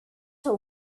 till